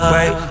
Wait